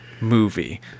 movie